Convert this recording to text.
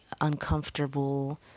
uncomfortable